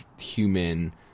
human